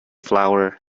flower